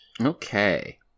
Okay